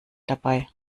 dabei